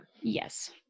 Yes